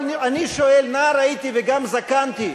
אבל אני שואל, נער הייתי וגם זקנתי,